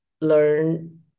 learn